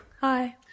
Hi